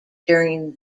during